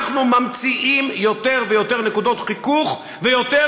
אנחנו ממציאים יותר ויותר נקודות חיכוך ויותר